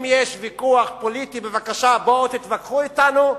אם יש ויכוח פוליטי, בבקשה, בואו תתווכחו אתנו,